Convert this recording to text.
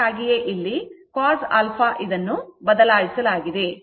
ಅದಕ್ಕಾಗಿಯೇ ಇಲ್ಲಿ cos α ಇದನ್ನು ಬದಲಾಯಿಸಲಾಗಿದೆ